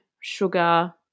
sugar